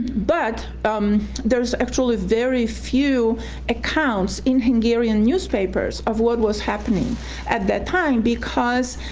but um there's actually very few accounts in hungarian newspapers of what was happening at that time because